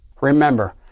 Remember